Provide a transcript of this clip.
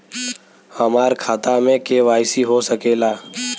हमार खाता में के.वाइ.सी हो सकेला?